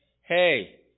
hey